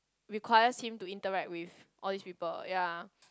requires him to interact with all these people ya